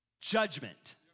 judgment